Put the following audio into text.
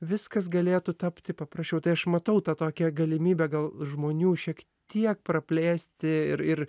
viskas galėtų tapti paprasčiau tai aš matau tą tokią galimybę gal žmonių šiek tiek praplėsti ir ir